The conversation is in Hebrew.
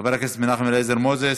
חבר הכנסת מנחם אליעזר מוזס,